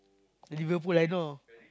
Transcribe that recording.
Liverpool I know